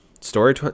story